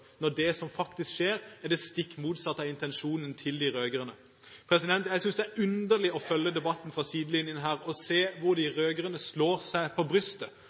når det som faktisk skjer, er det stikk motsatte av intensjonen til de rød-grønne. Jeg synes det er underlig å følge debatten fra sidelinjen og se hvordan de rød-grønne slår seg på brystet